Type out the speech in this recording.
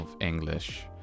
English